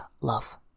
love